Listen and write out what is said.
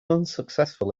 unsuccessful